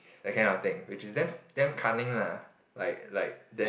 that kind of thing which is damn damn cunning lah like like then